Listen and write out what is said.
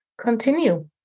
continue